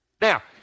Now